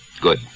Good